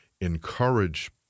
encourage